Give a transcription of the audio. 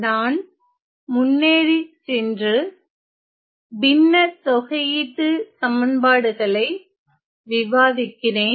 நான் முன்னேறி சென்று பின்ன தொகையீட்டுச்சமன்பாடுகளை விவாதிக்கிறேன்